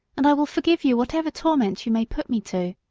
and i will forgive you whatever torment you may put me to.